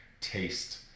taste